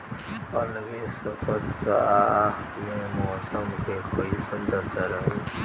अलगे सपतआह में मौसम के कइसन दशा रही?